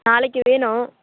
நாளைக்கு வேணும்